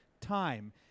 time